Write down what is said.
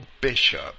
bishop